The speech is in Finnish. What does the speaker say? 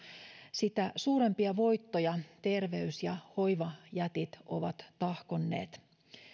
sitä suurempia voittoja terveys ja hoivajätit ovat tahkonneet